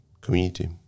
community